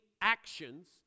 actions